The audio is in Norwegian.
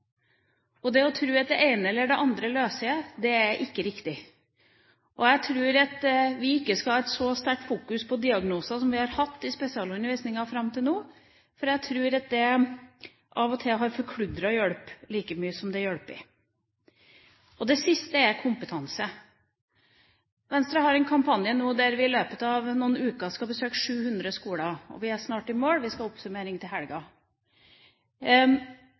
diagnose. Det å tro at det ene eller det andre løser dette, er ikke riktig. Jeg tror at vi ikke skal ha et så sterkt fokus på diagnoser som vi har hatt i spesialundervisninga fram til nå, for av og til har det forkludret hjelpen like mye som det har hjulpet. Det siste er kompetanse. Venstre har en kampanje nå, der vi i løpet av noen uker skal besøke 700 skoler – og vi er snart i mål. Vi skal ha oppsummering til helga.